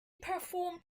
performed